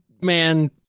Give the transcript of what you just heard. man